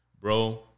Bro